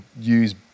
use